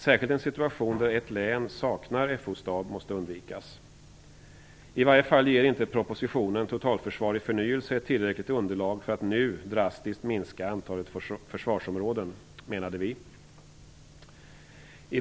Särskilt måste situationen där ett län saknar FO-stab undvikas. I varje fall ger propositionen Totalförsvar i förnyelse inte ett tillräckligt underlag för att nu drastiskt minska antalet försvarsområden, menar vi.